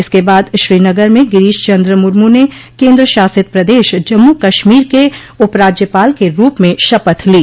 इसके बाद श्रीनगर में गिरीशचन्द्र मुर्मू ने केन्द्रशासित प्रदेश जम्मू कश्मीर के उपराज्यपाल के रूप में शपथ ली